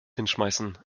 hinschmeißen